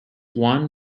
one